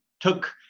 took